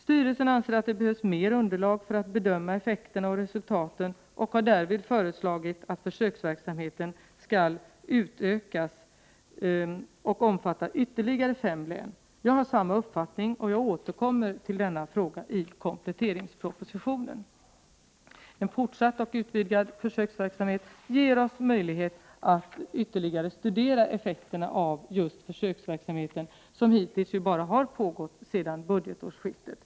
Styrelsen anser att det behövs mera underlag för att bedöma effekterna och resultaten och har därför föreslagit att försöksverksamheten skall utökas och omfatta ytterligare fem län. Jag har samma uppfattning och jag återkommer till denna fråga i kompletteringspropositionen. En fortsatt och utvidgad försöksverksamhet ger oss möjlighet att ytterligare studera effekterna av just försöksverksamheten, som ju hittills har pågått bara sedan budgetårsskiftet.